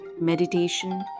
meditation